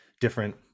different